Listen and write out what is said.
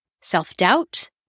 self-doubt